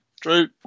true